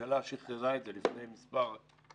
הממשלה שחררה את זה לפני מספר שבועות